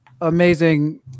amazing